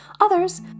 Others